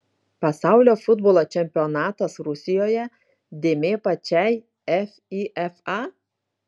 pasaulio futbolo čempionatas rusijoje dėmė pačiai fifa